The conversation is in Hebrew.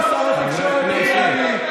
אני שר התקשורת, אדוני.